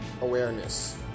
awareness